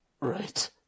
Right